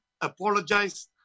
Apologize